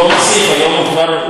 הוא העיקרי.